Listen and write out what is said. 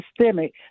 systemic